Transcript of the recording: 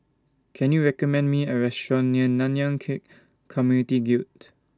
Can YOU recommend Me A Restaurant near Nanyang Khek Community Guild